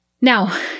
Now